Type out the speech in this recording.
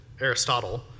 Aristotle